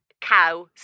cow